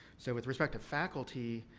so, with respect to faculty,